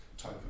type